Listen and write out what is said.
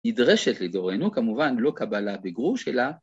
נדרשת לדורנו, כמובן, ‫לא קבלה בגרוש, אלא...